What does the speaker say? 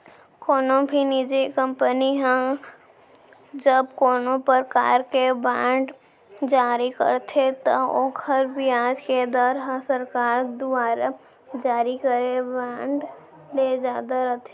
कोनो भी निजी कंपनी ह जब कोनों परकार के बांड जारी करथे त ओकर बियाज के दर ह सरकार दुवारा जारी करे बांड ले जादा रथे